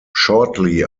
shortly